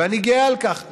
ואני גאה על כך.